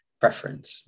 preference